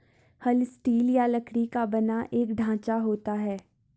हल स्टील या लकड़ी का बना एक ढांचा होता है